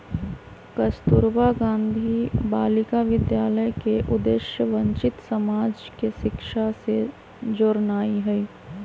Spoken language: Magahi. कस्तूरबा गांधी बालिका विद्यालय के उद्देश्य वंचित समाज के शिक्षा से जोड़नाइ हइ